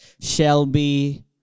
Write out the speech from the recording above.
Shelby